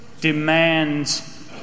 demands